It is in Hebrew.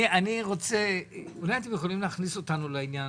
אולי תוכלו להכניס אותנו לעניין,